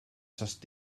just